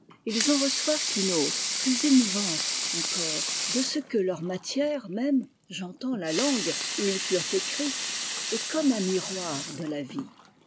ils en reçoivent une autre plus émouvante encore de ce que leur matière même j'entends la langue où ils furent écrits est comme un miroir de la vie